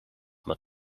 maar